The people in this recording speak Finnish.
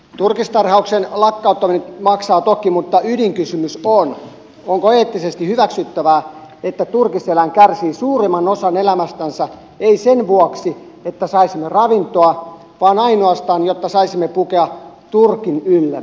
turkistarhauksen lakkauttaminen maksaa toki mutta ydinkysymys on onko eettisesti hyväksyttävää että turkiseläin kärsii suurimman osan elämästänsä ei sen vuoksi että saisimme ravintoa vaan ainoastaan jotta saisimme pukea turkin yllemme